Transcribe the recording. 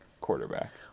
quarterback